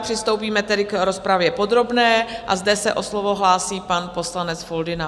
Přistoupíme tedy k rozpravě podrobné a zde se o slovo hlásí pan poslanec Foldyna.